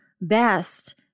best